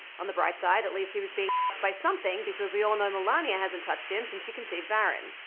on the bright side, at least he was being f ked by something because we all know melania hasn't touched him since she conceived baron.